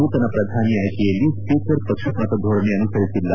ನೂತನ ಪ್ರಧಾನಿ ಆಯ್ಕೆಯಲ್ಲಿ ಸ್ವೀಕರ್ ಪಕ್ಷಪಾತ ಧೋರಣೆ ಅನುಸರಿಸಿಲ್ಲ